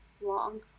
long